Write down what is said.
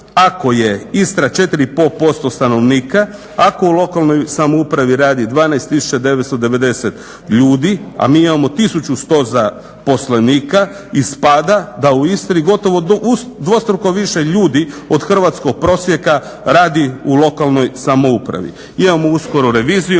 ako je Istra 4,5% stanovnika, ako u lokalnoj samoupravi radi 12 990 ljudi, a mi imamo 1100 zaposlenika, ispada da u Istri gotovo dvostruko više ljudi od hrvatskog prosjeka radi u lokalnoj samoupravi. Imamo uskoro reviziju